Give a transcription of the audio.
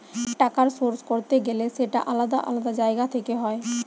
টাকার সোর্স করতে গেলে সেটা আলাদা আলাদা জায়গা থেকে হয়